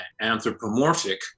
anthropomorphic